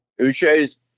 Uche's